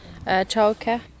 Childcare